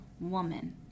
Woman